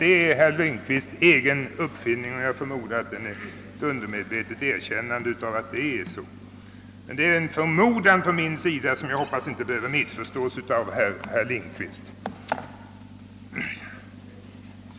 Det är herr Lindkvists egen uppfattning, och jag förmodar att han därmed undermedvetet erkänner att det är så. Det är emellertid en förmodan från min sida som jag hoppas inte behöver missförstås av herr Lindkvist.